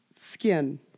skin